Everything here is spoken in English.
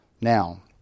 Now